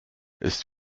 ist